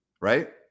right